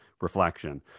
reflection